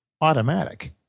automatic